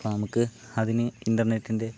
അപ്പോൾ നമുക്ക് അതിന് ഇൻറ്റർനെറ്റിൻ്റെ